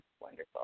wonderful